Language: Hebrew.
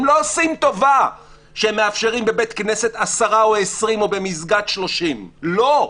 הם לא עושים טובה שהם מאפשרים בבית כנסת 10 או 20 או במסגד 30. לא.